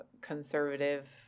conservative